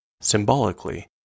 symbolically